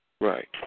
Right